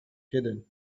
hidden